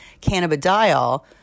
cannabidiol